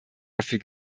dafür